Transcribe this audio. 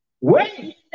Wait